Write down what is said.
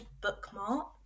bookmark